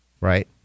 right